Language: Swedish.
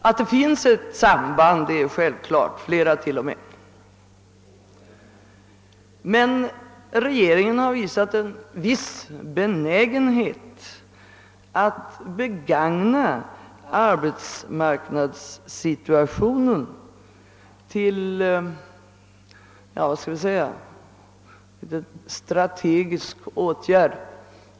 Att det finns ett samband — till och med flera samband — är självklart. Men regeringen har visat en viss benägenhet att begagna arbetsmarknadssituationen till — skall vi säga — en strategisk åtgärd.